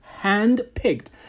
handpicked